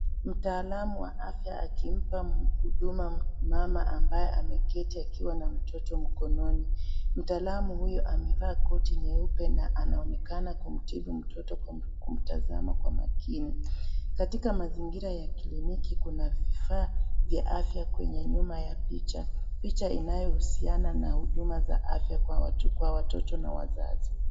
Mtaalamu wa afya akimpa huduma mama ambaye ameketi akiwa na mtoto mkononi. Mtaalamu huyu amevaa koti nyeupe na anaonekana kumtibu mtoto kwa kumtazama kwa maakini . Katika mazingira ya kliniki kuna vifaa vya afya kwenye nyuma ya picha , picha inayohusiana na huduma za afya kwa watoto na wazazi.